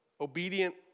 obedient